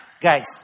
guys